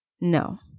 No